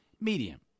medium